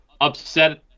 upset